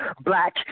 black